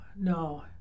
no